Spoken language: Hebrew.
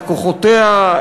את כוחותיה,